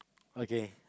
okay